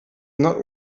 not